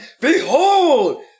behold